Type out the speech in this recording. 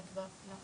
צדק.